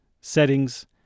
settings